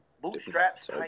bootstraps